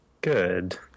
good